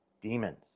demons